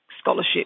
Scholarship